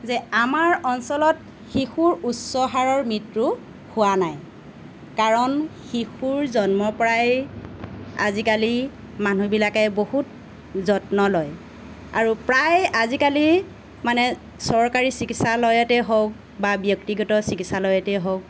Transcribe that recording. যে আমাৰ অঞ্চলত শিশুৰ উচ্চ হাৰৰ মৃত্যু হোৱা নাই কাৰণ শিশুৰ জন্মৰ পৰাই আজিকালি মানুহবিলাকে বহুত যত্ন লয় আৰু প্ৰায় আজিকালি মানে চৰকাৰী চিকিৎসালয়তে হওক বা ব্যক্তিগত চিকিৎসালয়তেই হওক